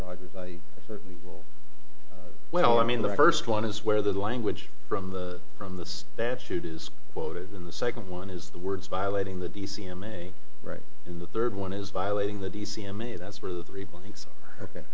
rogers i certainly will well i mean the first one is where the language from the from the statute is quoted in the second one is the words violating the d c m a right in the third one is violating the d c m a that's where the three blanks ok